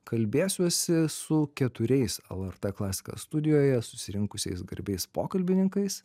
kalbėsiuosi su keturiais lrt klasika studijoje susirinkusiais garbiais pokalbininkais